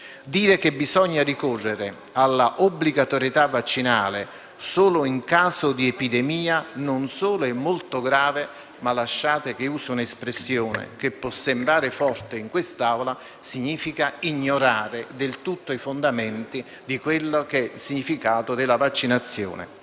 Dire che bisogna ricorrere all'obbligatorietà vaccinale solo in caso di epidemia non solo è molto grave, ma - lasciatemi usare un'espressione che può sembrare forte in quest'Assemblea - significa ignorare del tutto i fondamenti del significato della vaccinazione.